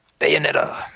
Bayonetta